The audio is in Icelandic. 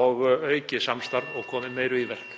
og aukið samstarf og komið meiru í verk.